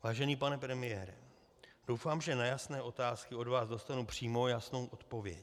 Vážený pane premiére, doufám, že na jasné otázky od vás dostanu přímo jasnou odpověď.